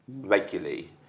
regularly